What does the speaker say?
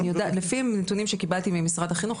אני יודעת לפי הנתונים שקיבלתי ממשרד החינוך,